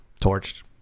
Torched